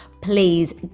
please